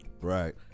right